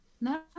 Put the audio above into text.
No